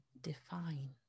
define